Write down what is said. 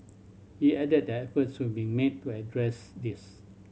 he added the efforts were being made to address this